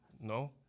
No